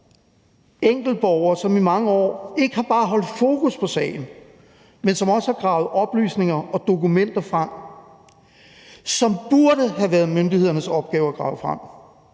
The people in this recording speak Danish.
enkeltborgere, som i mange år ikke bare har holdt fokus på sagen, men som også har gravet oplysninger og dokumenter frem, som det burde have været myndighedernes opgave at krav frem,